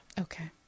Okay